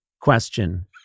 question